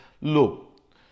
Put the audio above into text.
look